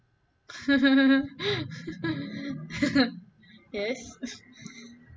yes